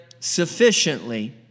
sufficiently